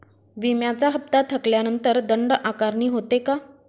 विम्याचा हफ्ता थकल्यानंतर दंड आकारणी होते का?